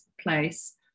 place